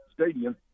stadium